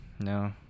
No